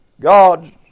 God